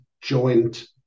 joint